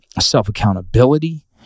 self-accountability